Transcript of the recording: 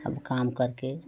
अब काम करके